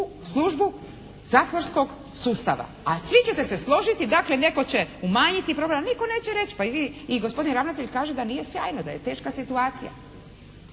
službu zatvorskog sustava? A svi ćete se složiti dakle netko će umanjiti problem, ali nitko neće reći pa i vi, i gospodin ravnatelj kaže da nije sjajno. Da je teška situacija.